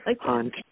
hunt